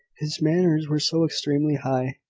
his manners were so extremely high.